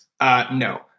No